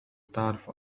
تعرف